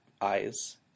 eyes